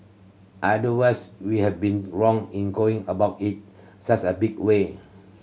otherwise we have been wrong in going about it such a big way